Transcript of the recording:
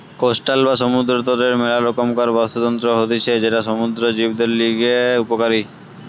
coastal বা সমুদ্র তটের মেলা রকমকার বাস্তুতন্ত্র হতিছে যেটা সমুদ্র জীবদের লিগে উপকারী